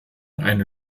eine